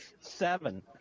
seven